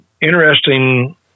interesting